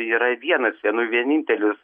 yra vienas vienui vienintelis